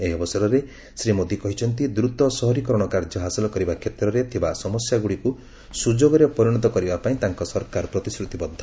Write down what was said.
ଏହି ଅବସରରେ ଶ୍ରୀ ମୋଦି କହିଛନ୍ତି ଦ୍ରୁତ ସହରୀକରଣ କାର୍ଯ୍ୟ ହାସଲ କରିବା କ୍ଷେତ୍ରରେ ଥିବା ସମସ୍ୟାଗୁଡ଼ିକୁ ସୁଯୋଗରେ ପରିଣତ କରିବା ପାଇଁ ତାଙ୍କ ସରକାର ପ୍ରତିଶ୍ରତିବଦ୍ଧ